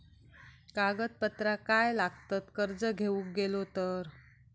कागदपत्रा काय लागतत कर्ज घेऊक गेलो तर?